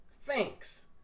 Thanks